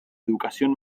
educación